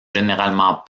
généralement